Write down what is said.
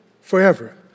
forever